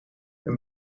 een